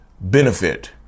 benefit